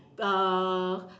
uh